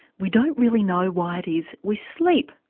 we don't really know why it is we sleep,